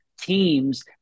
teams